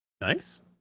Nice